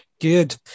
Good